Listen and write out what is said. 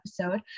episode